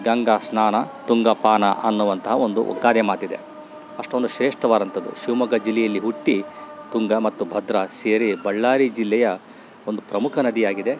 ಗಂಗಾ ಸ್ನಾನ ತುಂಗಾ ಪಾನ ಅನ್ನುವಂಥ ಒಂದು ಗಾದೆ ಮಾತಿದೆ ಅಷ್ಟೊಂದು ಶೇಷ್ಠವಾದಂಥದ್ದು ಶಿವಮೊಗ್ಗ ಜಿಲ್ಲೆಯಲ್ಲಿ ಹುಟ್ಟಿ ತುಂಗಾ ಮತ್ತು ಭದ್ರಾ ಸೇರಿ ಬಳ್ಳಾರಿ ಜಿಲ್ಲೆಯ ಒಂದು ಪ್ರಮುಖ ನದಿಯಾಗಿದೆ